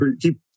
Keep